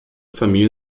familie